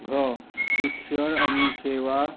घ शिक्षण आनी सेवा